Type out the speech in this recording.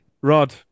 Rod